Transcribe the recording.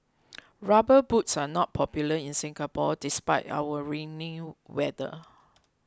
rubber boots are not popular in Singapore despite our rainy weather